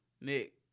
Nick